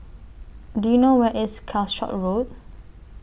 Do YOU know Where IS Calshot Road